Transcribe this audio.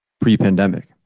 pre-pandemic